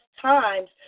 times